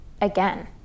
Again